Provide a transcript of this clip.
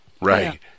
Right